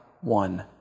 one